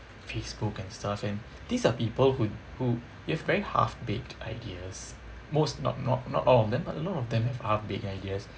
Facebook and stuff and these are people who who they have very half-baked ideas most not not not all of them but a lot of them have half-baked ideas